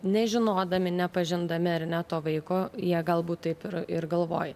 nežinodami nepažindami ar ne to vaiko jie galbūt taip ir ir galvoj